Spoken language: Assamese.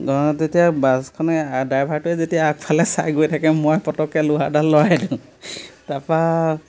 তেতিয়া বাছখনে ড্ৰাইভাৰটোৱে যেতিয়া আগফালে চাই গৈ থাকে মই পটককৈ লোহাৰডাল লৰাই দিওঁ তাৰপৰা